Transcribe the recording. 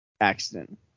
accident